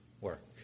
work